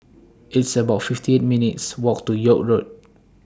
It's about fifty eight minutes' Walk to York Road